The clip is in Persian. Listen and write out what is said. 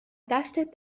دستت